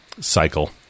cycle